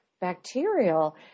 bacterial